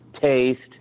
taste